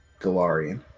Galarian